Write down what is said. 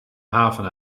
haven